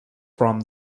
from